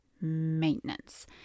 maintenance